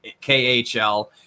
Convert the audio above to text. KHL